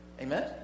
Amen